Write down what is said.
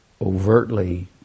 overtly